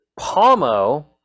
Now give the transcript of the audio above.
Pomo